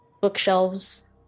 bookshelves